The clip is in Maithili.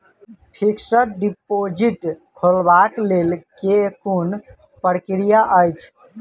फिक्स्ड डिपोजिट खोलबाक लेल केँ कुन प्रक्रिया अछि?